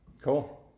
Cool